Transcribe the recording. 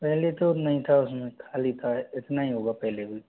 पहले तो नहीं था उसमें खाली था इतना ही होगा पहले भी